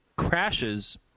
crashes